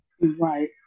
Right